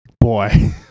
Boy